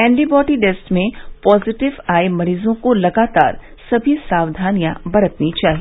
antibody test में positive आए मरीजों को लगातार सभी सावधानियां बरतनी चाहिए